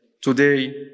Today